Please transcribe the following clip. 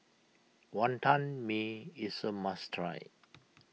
Wonton Mee is a must try